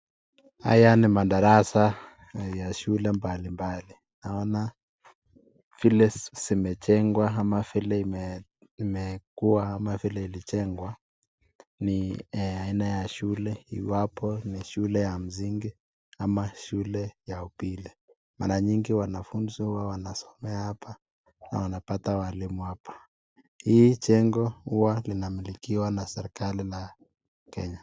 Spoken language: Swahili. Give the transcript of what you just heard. Haya ni madarasa ya shule mbalimbali. Naona vile zimejengwa ama vile imekuwa ama vile ilijengwa. Ni aina ya shule iwapo ni shule ya msingi ama shule ya upili. Mara nyingi wanafunzi huwa wanasomea hapa na wanapata walimu hapa. Hii jengo huwa linamilikiwa na serikali la Kenya.